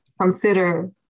consider